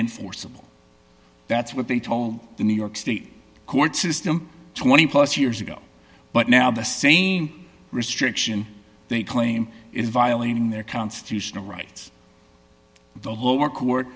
enforceable that's what they told the new york state court system twenty plus years ago but now the same restriction they claim is violating their constitutional rights the lower court